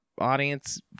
audience